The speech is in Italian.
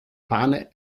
pane